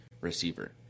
receiver